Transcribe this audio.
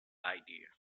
idea